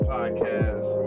Podcast